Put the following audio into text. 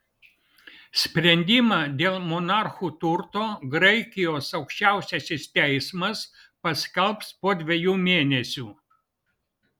sprendimą dėl monarchų turto graikijos aukščiausiasis teismas paskelbs po dviejų mėnesių